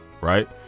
right